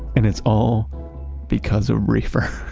and it's all because of reefer.